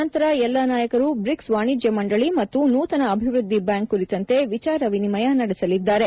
ನಂತರ ಎಲ್ಲಾ ನಾಯಕರು ಬ್ರಿಕ್ಸ್ ವಾಣಿಜ್ಯ ಮಂಡಳಿ ಮತ್ತು ನೂತನ ಅಭಿವೃದ್ಧಿ ಬ್ಯಾಂಕ್ ಕುರಿತಂತೆ ವಿಚಾರ ವಿನಿಮಯ ನಡೆಸಲಿದ್ದಾರೆ